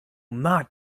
not